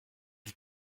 the